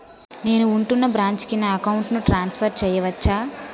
నేను ఉంటున్న బ్రాంచికి నా అకౌంట్ ను ట్రాన్సఫర్ చేయవచ్చా?